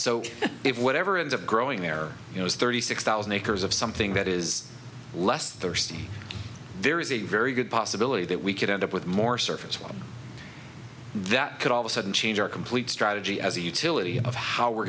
so it whatever ends up growing there is thirty six thousand acres of something that is less thirsty there is a very good possibility that we could end up with more surface water that could all of a sudden change our complete strategy as a utility of how we're